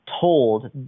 told